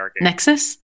nexus